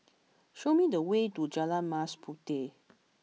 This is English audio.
show me the way to Jalan Mas Puteh